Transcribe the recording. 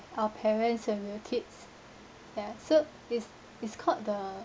our parents when we were kids ya so is is called the